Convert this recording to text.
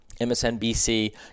MSNBC